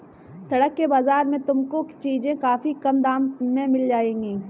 सड़क के बाजार में तुमको चीजें काफी कम दाम में मिल जाएंगी